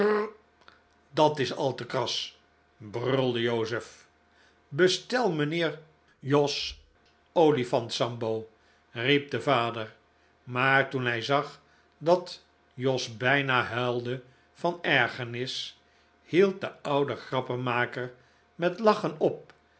dat is al te kras brulde joseph bestel mijnheer jos olifant sambo riep de vader maar toen hij zag dat jos bijna huilde van ergernis hield de oude grappenmaker met lachen op